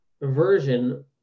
version